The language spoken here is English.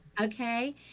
okay